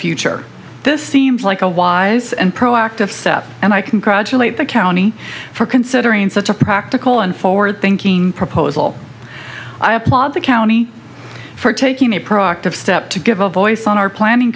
future this seems like a wise and proactive step and i congratulate the county for considering such a practical and forward thinking proposal i applaud the county for taking a proactive step to give a voice on our planning